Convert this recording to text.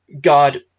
God